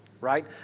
Right